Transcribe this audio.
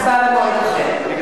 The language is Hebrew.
הצבעה במועד אחר.